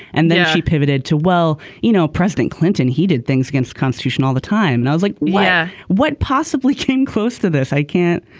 and then she pivoted to well you know president clinton he did things against constitution all the time. and i was like well yeah what possibly came close to this. i can't.